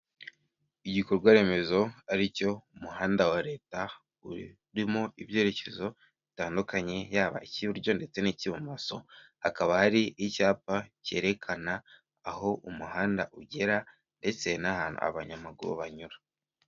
Igikorwa remezo ari cyo umuhanda wa leta, urimo ibyerekezo bitandukanye yaba icy'iburyo ndetse n'icy'imoso. Hakaba hari icyapa cyerekana aho umuhanda ugera ndetse n'ahantu abanyamaguru banyura.